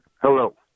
Hello